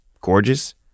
gorgeous